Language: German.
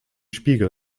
spiegel